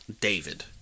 David